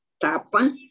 Tapa